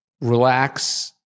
relax